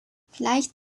vielleicht